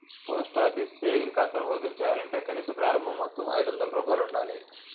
post office savings ఖాతా open చేయాలంటే కనీస ప్రారంభ మొత్తం ఐదొందల రూపాయలు ఉండాలి